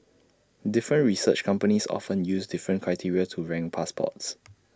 different research companies often use different criteria to rank passports